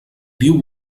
diu